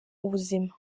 ubuzima